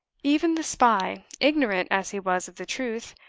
even the spy ignorant as he was of the truth,